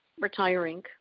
retiring